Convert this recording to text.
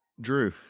Drew